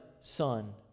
son